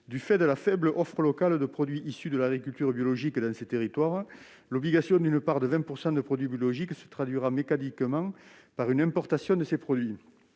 Du fait de la faible offre locale de produits issus de l'agriculture biologique dans ces territoires, l'obligation de 20 % de produits biologiques se traduira mécaniquement par des importations de ces produits,